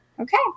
okay